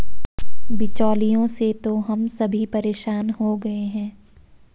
बिचौलियों से तो हम सभी परेशान हो गए हैं